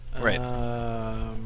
Right